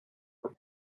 for